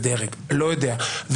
הסיבות לא משנות.